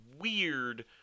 weird